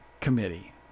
committee